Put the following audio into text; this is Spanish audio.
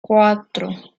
cuatro